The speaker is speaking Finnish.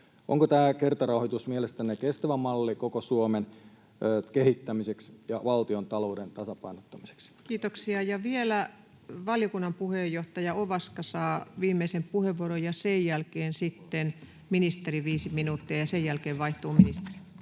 Onko tämä kertarahoitus mielestänne kestävä malli koko Suomen kehittämiseksi ja valtiontalouden tasapainottamiseksi? Kiitoksia. — Vielä valiokunnan puheenjohtaja Ovaska saa viimeisen puheenvuoron. Sen jälkeen sitten ministerille viisi minuuttia, ja sen jälkeen vaihtuu ministeri.